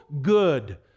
good